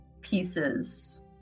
pieces